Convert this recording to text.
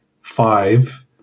five